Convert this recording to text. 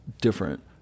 different